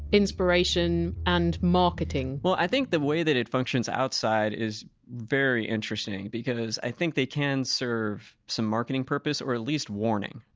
inspiration and marketing well, i think the way that it functions outside is very interesting, because i think they can serve some marketing purpose or at least warning.